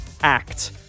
act